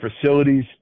facilities